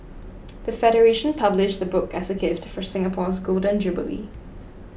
the federation published the book as a gift for Singapore's Golden Jubilee